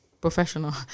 professional